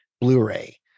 Blu-ray